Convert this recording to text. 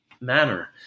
manner